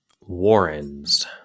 Warren's